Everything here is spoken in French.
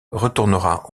retournera